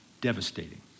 devastating